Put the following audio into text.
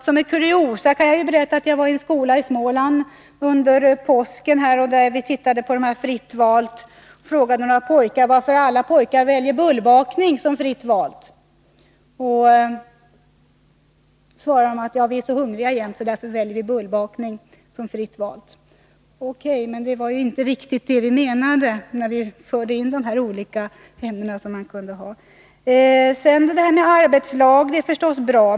Som ett kuriosum kan jag berätta att jag var i en skola i Småland under påsken. Vi tittade på fritt valt arbete. Jag frågade några pojkar varför alla pojkar väljer bullbakning. De svarade: Vi är så hungriga jämt, och därför väljer vi bullbakning som fritt valt arbete. — Det var ju inte riktigt detta vi menade, när vi införde systemet med de olika ämnena. Att arbeta i arbetslag är naturligtvis bra.